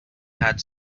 had